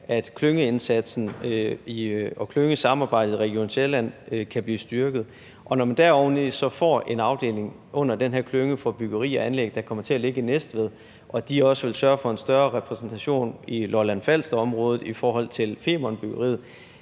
at klyngeindsatsen og klyngesamarbejdet i Region Sjælland kan blive styrket. Og når man deroveni får en afdeling under den her klynge for byggeri og anlæg, der kommer til at ligge i Næstved og de også vil sørge for en større repræsentation i Lolland-Falster-området i forhold til Femernbyggeriet,